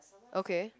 okay